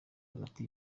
hagati